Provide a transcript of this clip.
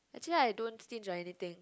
actually I don't stinge on anything